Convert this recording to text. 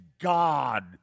God